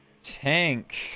Tank